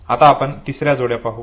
आता आपण इतर तिसऱ्या जोड्या पाहू